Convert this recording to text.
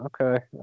okay